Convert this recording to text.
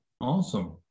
awesome